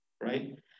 right